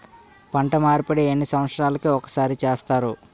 పంట మార్పిడి ఎన్ని సంవత్సరాలకి ఒక్కసారి చేస్తారు?